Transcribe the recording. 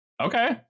Okay